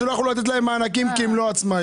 שלא יכלו לתת להן מענקים כי הן לא שכירות.